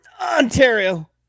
Ontario